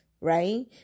right